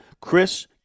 Chris